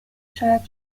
شاید